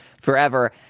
forever